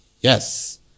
Yes